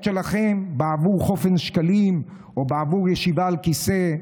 שלכם בעבור חופן שקלים או בעבור ישיבה על כיסא,